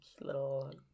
little